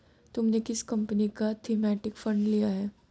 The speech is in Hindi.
तुमने किस कंपनी का थीमेटिक फंड लिया है?